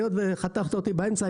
היות וחתכת אותי באמצע,